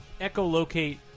echolocate